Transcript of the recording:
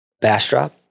Bastrop